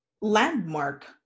Landmark